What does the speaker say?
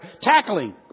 tackling